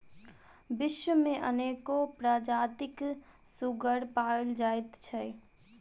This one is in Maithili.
विश्व मे अनेको प्रजातिक सुग्गर पाओल जाइत छै